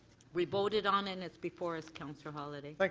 we voted on it. it's before us councillor holyday. like